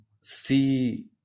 see